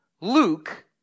Luke